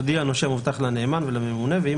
יודיע הנושה המובטח לנאמן ולממונה ואם